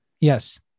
yes